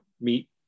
meet